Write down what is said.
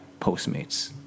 Postmates